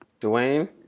Dwayne